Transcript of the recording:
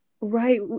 Right